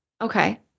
Okay